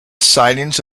sightings